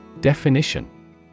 Definition